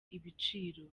igiciro